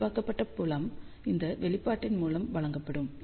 இயல்பாக்கப்பட்ட புலம் இந்த வெளிப்பாட்டின் மூலம் வழங்கப்படும்